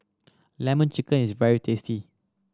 Lemon Chicken is very tasty